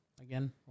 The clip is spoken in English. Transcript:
again